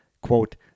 quote